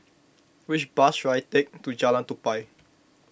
which bus should I take to Jalan Tupai